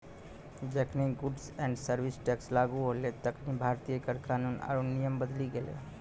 जखनि goods and service tax लागू होलै तखनि भारतीय कर कानून आरु नियम बदली गेलै